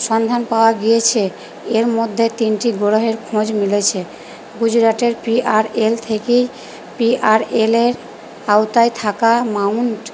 সন্ধান পাওয়া গিয়েছে এর মধ্যে তিনটি গ্রহের খোঁজ মিলেছে গুজরাটের পিআরএল থেকেই পি আর এলের আওতায় থাকা মাউন্ট